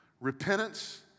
repentance